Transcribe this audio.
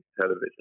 television